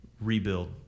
rebuild